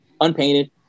unpainted